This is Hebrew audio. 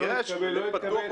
לא יתקבל לא יתקבל,